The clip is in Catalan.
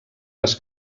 les